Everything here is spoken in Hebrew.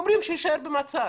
אומרים שיישאר במעצר.